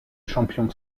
champion